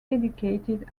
educated